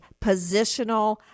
positional